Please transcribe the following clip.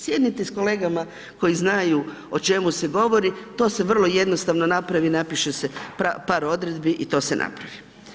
Sjednite s kolegama koji znaju o čemu se govori, to se vrlo jednostavno napravi i napiše se par odredbi i to se napravi.